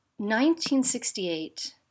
1968